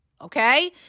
okay